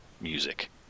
music